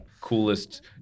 Coolest